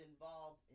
involved